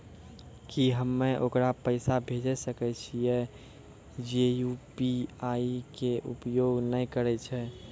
की हम्मय ओकरा पैसा भेजै सकय छियै जे यु.पी.आई के उपयोग नए करे छै?